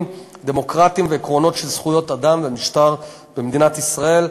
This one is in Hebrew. דמוקרטיים ועקרונות של זכויות אדם ומשטר במדינת ישראל.